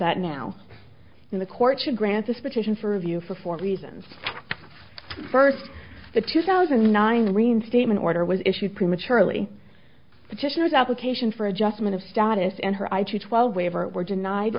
that now in the court should grant this petition for review for four reasons first the two thousand and nine reinstatement order was issued prematurely petitioners application for adjustment of status and her eye to twelve waiver were denied